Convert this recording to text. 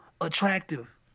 attractive